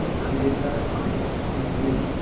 and in the highest degree,